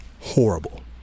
horrible